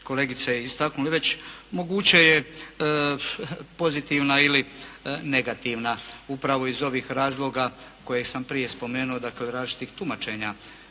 kolegice istaknule već moguće je pozitivna ili negativna. Upravo iz ovih razloga koje sam prije spomenuo. Dakle, različitih tumačenja